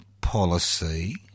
policy